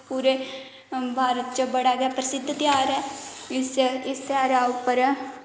पूरे भारत च बड़ा गै प्रसिद्ध ध्यार ऐ इस ध्यारै उप्पर